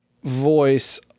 Voice